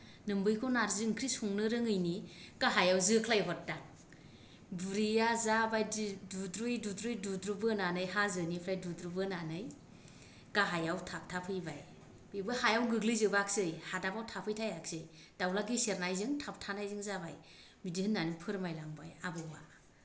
नोम्बैखौ नारजि ओंख्रि संनो रोङैनि गाहायाव जोख्लाय हरदां बुरैया जा बायदि दुद्रुयै दुद्रुयै दुद्रुबोनानै हाजोनिफ्राय दुद्रुबोनानै गाहायाव थाबथा फैबाय बेबो हायाव गोग्लैजोबखिसै हादाबाव थाफै थायाखिसै दाउज्ला गेसेरनायजों थाबथानायजों जाबाय बिदि होननानै फोरमायलांबाय आबौआ